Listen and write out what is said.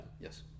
Yes